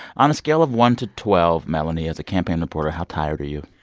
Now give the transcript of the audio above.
on a scale of one to twelve, melanie, as a campaign reporter, how tired are you?